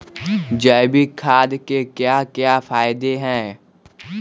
जैविक खाद के क्या क्या फायदे हैं?